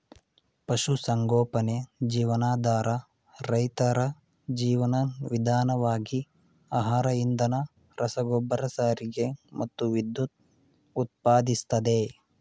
ಪಶುಸಂಗೋಪನೆ ಜೀವನಾಧಾರ ರೈತರ ಜೀವನ ವಿಧಾನವಾಗಿ ಆಹಾರ ಇಂಧನ ರಸಗೊಬ್ಬರ ಸಾರಿಗೆ ಮತ್ತು ವಿದ್ಯುತ್ ಉತ್ಪಾದಿಸ್ತದೆ